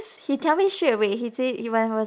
he tell me straight away he say he when I was